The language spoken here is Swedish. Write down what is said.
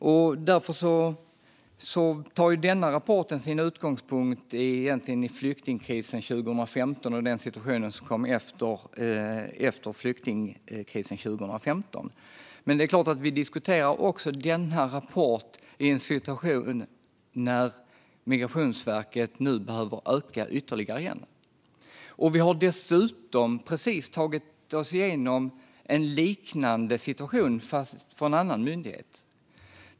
Denna rapport tar egentligen sin utgångspunkt i flyktingkrisen 2015 och den situation som följde efter det. Men det är klart att vi också diskuterar den i en situation då Migrationsverket återigen behöver öka ytterligare. Vi har dessutom precis tagit oss igenom en liknande situation, men då gällde det en annan myndighet.